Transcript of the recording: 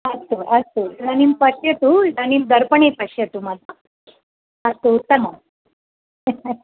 अस्तु अस्तु इदानीं पश्यतु इदानीं दर्पणे पश्यतु मातः अस्तु उत्तमम्